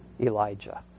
Elijah